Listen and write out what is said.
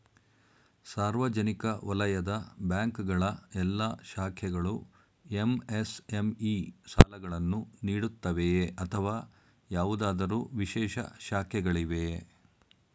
ಸಾರ್ವಜನಿಕ ವಲಯದ ಬ್ಯಾಂಕ್ ಗಳ ಎಲ್ಲಾ ಶಾಖೆಗಳು ಎಂ.ಎಸ್.ಎಂ.ಇ ಸಾಲಗಳನ್ನು ನೀಡುತ್ತವೆಯೇ ಅಥವಾ ಯಾವುದಾದರು ವಿಶೇಷ ಶಾಖೆಗಳಿವೆಯೇ?